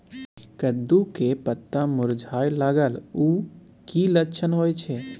कद्दू के पत्ता मुरझाय लागल उ कि लक्षण होय छै?